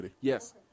yes